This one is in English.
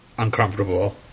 uncomfortable